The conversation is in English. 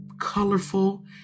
colorful